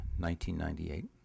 1998